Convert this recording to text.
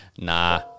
nah